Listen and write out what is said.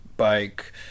bike